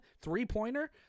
three-pointer